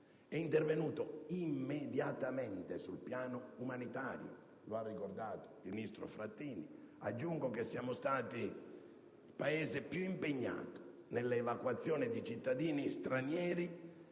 è intervenuto immediatamente sul piano umanitario, come ha ricordato il ministro Frattini. Aggiungo che il nostro è stato il Paese più impegnato nell'evacuazione di cittadini stranieri